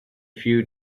few